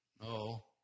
No